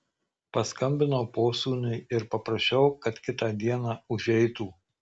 paskambinau posūniui ir paprašiau kad kitą dieną užeitų